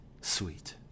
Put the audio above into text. sweet